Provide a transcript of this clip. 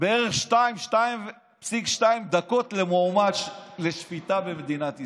בערך שתיים, 2.2 דקות למועמד לשפיטה במדינת ישראל.